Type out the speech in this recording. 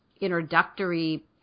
introductory